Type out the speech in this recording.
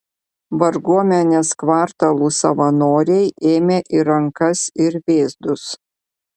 varguomenės kvartalų savanoriai ėmė į rankas ir vėzdus